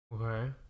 Okay